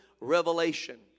revelation